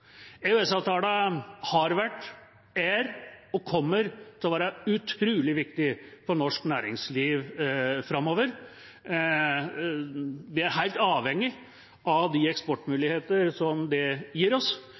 EØS-avtalen har vært, er og kommer til å være utrolig viktig for norsk næringsliv framover. Vi er helt avhengig av de eksportmuligheter som den gir oss,